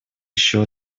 еще